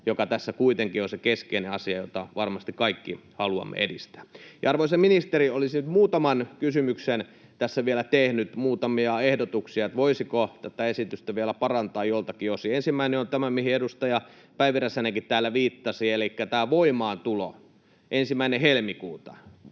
mikä tässä kuitenkin on se keskeinen asia, jota varmasti kaikki haluamme edistää. Arvoisa ministeri, olisin nyt muutaman kysymyksen tässä vielä tehnyt, muutamia ehdotuksia siitä, voisiko tätä esitystä vielä parantaa joiltakin osin: Ensimmäinen on tämä, mihin edustaja Päivi Räsänenkin täällä viittasi, elikkä tämä voimaantulo 1. helmikuuta.